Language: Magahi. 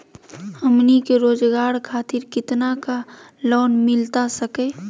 हमनी के रोगजागर खातिर कितना का लोन मिलता सके?